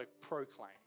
proclaim